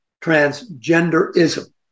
transgenderism